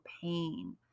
pain